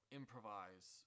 improvise